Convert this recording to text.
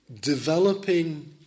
developing